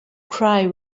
cry